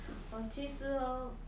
我其实 hor